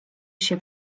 się